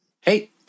Hey